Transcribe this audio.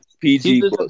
PG